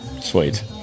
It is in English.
Sweet